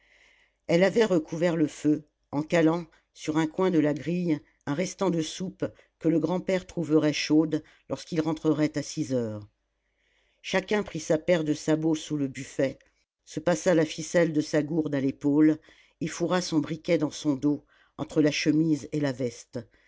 elle avait recouvert le feu en calant sur un coin de la grille un restant de soupe que le grand-père trouverait chaude lorsqu'il rentrerait à six heures chacun prit sa paire de sabots sous le buffet se passa la ficelle de sa gourde à l'épaule et fourra son briquet dans son dos entre la chemise et la veste